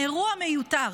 אירוע מיותר.